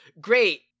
great